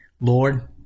Lord